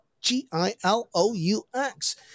g-i-l-o-u-x